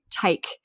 take